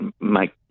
make